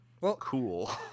cool